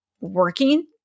working